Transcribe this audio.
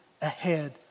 ahead